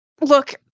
Look